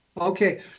Okay